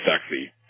sexy